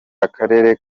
akarere